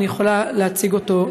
ואני יכולה להציג אותו,